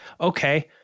okay